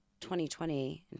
2020